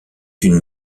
une